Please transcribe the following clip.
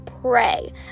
pray